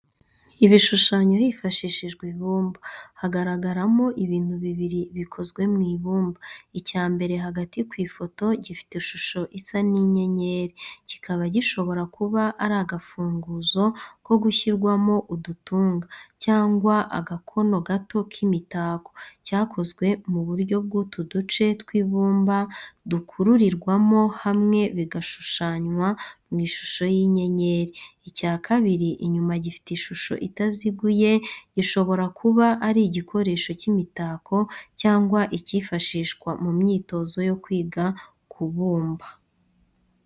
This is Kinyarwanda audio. Ibishushanyo hifashishijwe ibumba. Hagaragaramo ibintu bibiri bikozwe mu ibumba. Icya mbere hagati ku ifoto gifite ishusho isa n’inyenyeri, kikaba gishobora kuba ari agafunguzo ko gushyiramo udutunga cyangwa agakono gato k’imitako, cyakozwe mu buryo bw'utu duce tw’ibumba dukururirwa hamwe bigashushanywa mu ishusho y’inyenyeri. Icya kabiri inyuma gifite ishusho itaziguye, gishobora kuba ari igikoresho cy’imitako cyangwa icyifashishwa mu myitozo yo kwiga kubumba.